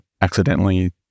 accidentally